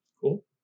Cool